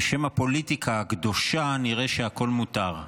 בשם הפוליטיקה הקדושה נראה שהכול מותר.